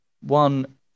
one